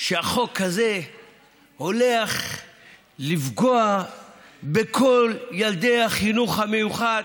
שהחוק הזה הולך לפגוע בכל ילדי החינוך המיוחד,